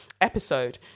episode